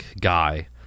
guy